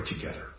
together